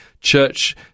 church